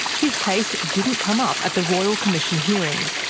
his case didn't come up at the royal commission hearings,